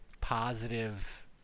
positive